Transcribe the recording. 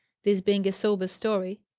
this being a sober story.